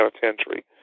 penitentiary